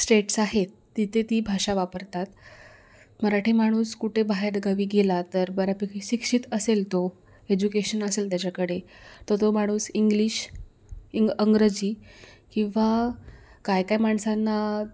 states आहेत तिथे ती भाषा वापरतात मराठी माणूस कुठे बाहेरगावी गेला तर बऱ्यापैकी शिक्षित असेल तो एज्युकेशन असेल त्याच्याकडे तर तो माणूस इंग्लिश इंग इंग्रजी किंवा काय काय माणसांना